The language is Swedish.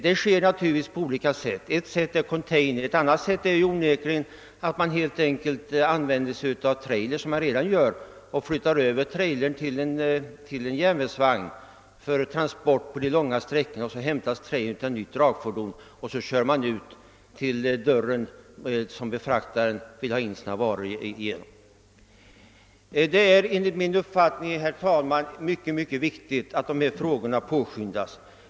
Det kan naturligtvis ske på olika sätt. Ett sätt är att använda container, ett annat sätt är onekligen att men helt enkelt använder sig av trailer, och flyttar över trailern till en järnvägsvagn för transport på de långa sträckorna, varefter trailern hämtas av ett nytt dragfordon och körs till den dörr, genom vilken befraktaren skall ha sina varor. Det är enligt min uppfattning mycket viktigt att lösningen av dessa frågor påskyndas.